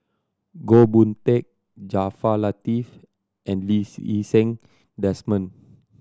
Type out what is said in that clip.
Goh Boon Teck Jaafar Latiff and Lee Seng Desmond